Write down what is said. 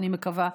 אני מקווה,